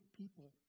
people